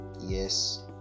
Yes